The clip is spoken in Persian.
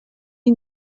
این